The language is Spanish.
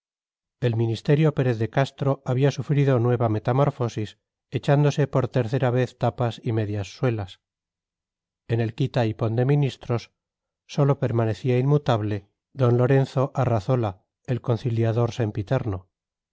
el ministerio pérez de castro había sufrido nueva metamorfosis echándose por tercera vez tapas y medias suelas en el quita y pon de ministros sólo permanecía inmutable d lorenzo arrazola el conciliador sempiterno